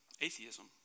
atheism